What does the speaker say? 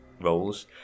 roles